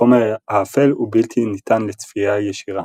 החומר האפל הוא בלתי ניתן לצפייה ישירה.